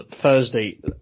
Thursday